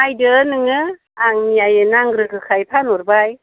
नायदो नोङो आं मैयायो नांग्रोगोखाय फानहरबाय